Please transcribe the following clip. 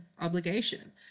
obligation